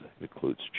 includes